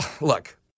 look